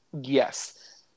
Yes